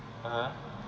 (uh huh)